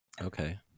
Okay